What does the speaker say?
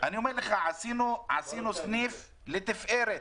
אני אומר לך: עשינו סניף לתפארת